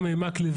משמעותי מאוד,